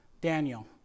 Daniel